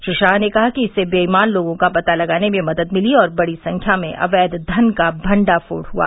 श्री शाह ने कहा कि इससे बेईमान लोगों का पता लगाने में मदद मिली और बड़ी संख्या में अवैघ धन का मंडाफोड़ हुआ